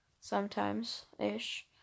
Sometimes-ish